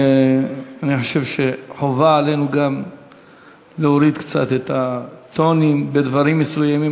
אני חושב שחובה עלינו גם להוריד קצת את הטונים בדברים מסוימים,